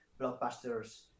blockbusters